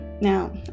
Now